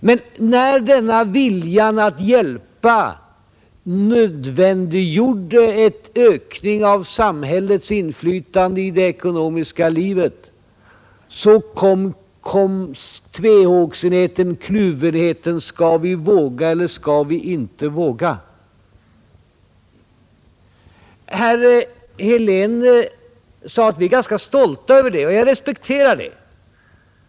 Men när denna vilja att hjälpa nödvändiggjorde en ökning av samhällets inflytande i det ekonomiska livet så kom tvehågsenheten, kluvenheten: Skall vi våga eller skall vi inte våga? Herr Helén sade att vi är ganska stolta över det, och jag respekterar det.